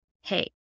hey